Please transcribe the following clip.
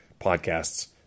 podcasts